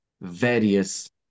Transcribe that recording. various